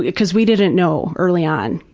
ah cause we didn't know early on.